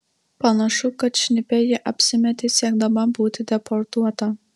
panašu kad šnipe ji apsimetė siekdama būti deportuota